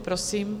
Prosím.